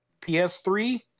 PS3